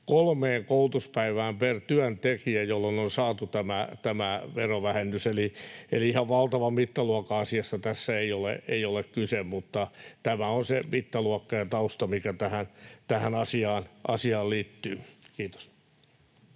kolmeen koulutuspäivään per työntekijä, jolloin on saatu tämä verovähennys. Eli ihan valtavan mittaluokan asiasta tässä ei ole kyse, mutta tämä on se mittaluokka ja tausta, mikä tähän asiaan liittyy. — Kiitos.